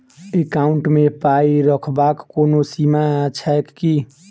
Account मे पाई रखबाक कोनो सीमा छैक की?